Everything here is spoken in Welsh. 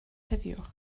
heddiw